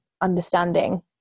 understanding